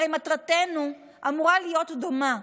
הרי מטרתנו אמורה להיות דומה: